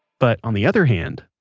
but on the other hand,